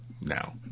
now